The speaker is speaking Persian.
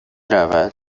رود